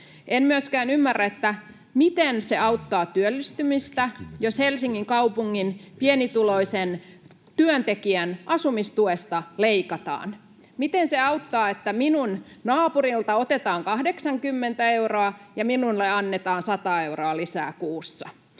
En myöskään ymmärrä, miten se auttaa työllistymistä, jos Helsingin kaupungin pienituloisen työntekijän asumistuesta leikataan. Miten se auttaa, että minun naapuriltani otetaan 80 euroa ja minulle annetaan 100 euroa kuussa